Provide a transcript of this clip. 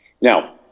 now